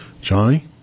Johnny